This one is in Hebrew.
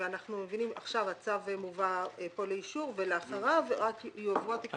ועכשיו הצו מובא כאן לאישור ולאחריו יועברו התקרות.